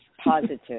positive